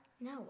No